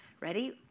Ready